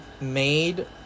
Made